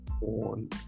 on